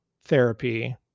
therapy